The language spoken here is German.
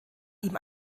ihm